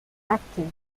active